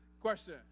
question